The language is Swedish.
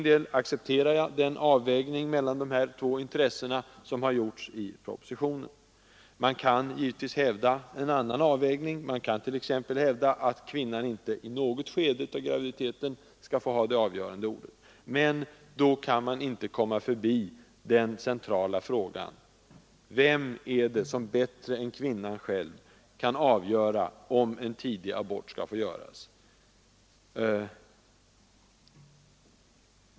Jag accepterar den avvägning mellan de här två intressena som gjorts i propositionen. Man kan givetvis hävda en annan avvägning — t.ex. att kvinnan inte i något skede av graviditeten skall få ha det avgörande ordet — men då kan man inte komma förbi den centrala frågan: Vem är det som bättre än kvinnan själv kan avgöra om en tidig abort skall få göras?